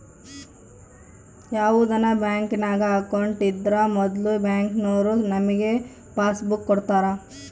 ಯಾವುದನ ಬ್ಯಾಂಕಿನಾಗ ಅಕೌಂಟ್ ಇದ್ರೂ ಮೊದ್ಲು ಬ್ಯಾಂಕಿನೋರು ನಮಿಗೆ ಪಾಸ್ಬುಕ್ ಕೊಡ್ತಾರ